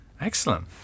Excellent